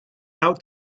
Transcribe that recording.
out